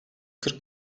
kırk